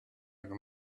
can